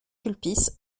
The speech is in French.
sulpice